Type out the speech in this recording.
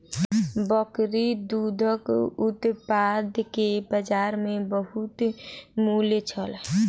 बकरी दूधक उत्पाद के बजार में बहुत मूल्य छल